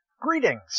Greetings